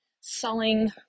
selling